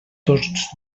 tots